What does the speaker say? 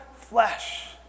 flesh